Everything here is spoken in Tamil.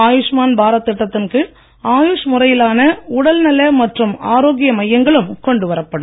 ஆயுஷ்மான் பாரத் திட்டத்தின் கீழ் ஆயுஷ் முறையிலான உடல் நல மற்றும் ஆரோக்கிய மையங்களும் கொண்டுவரப் படும்